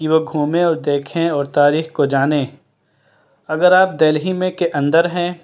کہ وہ گھومیں اور دیکھیں اور تاریخ کو جانیں اگر آپ دہلی میں کے اندر ہیں